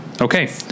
Okay